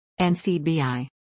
NCBI